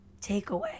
takeaway